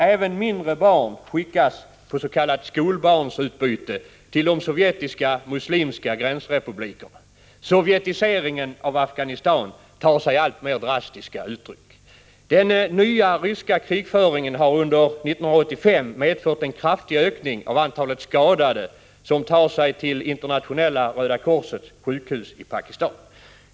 Även mindre barn skickas på s.k. skolbarnsutbyte till de sovjetiska muslimska gränsrepublikerna. Sovjetiseringen av Afghanistan tar sig alltmera drastiska uttryck. Den nya ryska krigföringen har under 1985 medfört en kraftig ökning av antalet skadade som tar sig till Internationella röda korsets sjukhus i Pakistan.